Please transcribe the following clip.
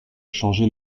changer